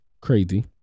crazy